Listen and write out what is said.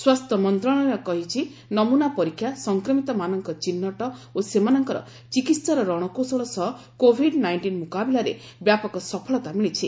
ସ୍ୱାସ୍ଥ୍ୟ ମନ୍ତ୍ରଣାଳୟ କହିଛି ନମୁନା ପରୀକ୍ଷା ସଂକ୍ରମିତମାନଙ୍କ ଚିହ୍ନଟ ଓ ସେମାନଙ୍କର ଚିକିତ୍ସାର ରଣକୌଶଳ ସହ କୋବିଡ୍ ନାଇଷ୍ଟିନ୍ ମୁକାବିଲାରେ ବ୍ୟାପକ ସଫଳତା ମିଳିଛି